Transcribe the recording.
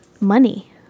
money